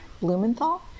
Blumenthal